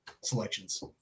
selections